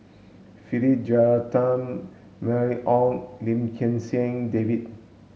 Philip Jeyaretnam Mylene Ong Lim Kim San David